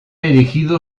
erigido